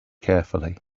carefully